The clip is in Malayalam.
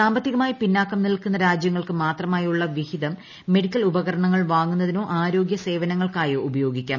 സാമ്പത്തികമായി പിന്നാക്കം നിൽക്കുന്ന രാജ്യങ്ങൾക്ക് മാത്രമായുള്ള വിഹിതം മെഡിക്കൽ ഉപകരണങ്ങൾ വാങ്ങുന്നതിനോ ആരോഗ്യ സേവനങ്ങൾക്കായോ ഉപയോഗിക്കാം